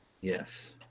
Yes